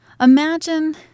Imagine